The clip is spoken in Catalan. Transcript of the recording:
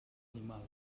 animal